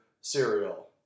cereal